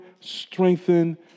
strengthen